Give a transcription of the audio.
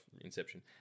Inception